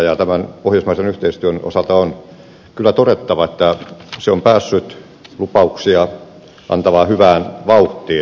tämän pohjoismaisen yhteistyön osalta on kyllä todettava että se on päässyt lupauksia antavaan hyvään vauhtiin